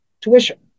tuition